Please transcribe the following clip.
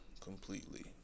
completely